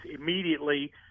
immediately